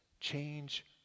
Change